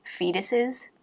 fetuses